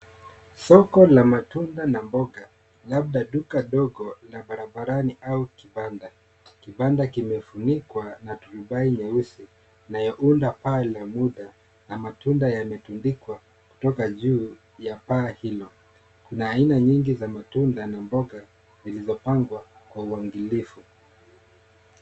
Soko la matunda na mboga labda duka ndogo la barabarni au kibanda. Kibanda kimefunikwa na turubai nyeusi inayounda paa ya muda na matunda yametundikwa kutoka juu ya paa hilo. Kuna aina nyingi za matunda na mboga zilizopangwa kwa uangilifu.